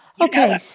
Okay